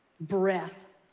breath